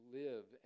live